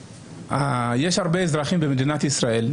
יש הרבה אזרחים במדינת ישראל,